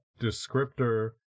descriptor